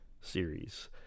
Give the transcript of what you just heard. series